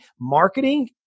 marketing